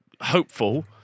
hopeful